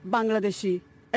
Bangladeshi